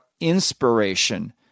inspiration